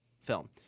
film